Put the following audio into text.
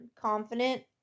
confident